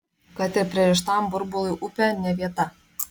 kad ir pririštam burbului upė ne vieta